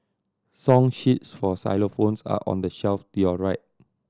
song sheets for xylophones are on the shelf to your right